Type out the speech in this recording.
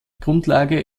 grundlage